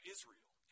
Israel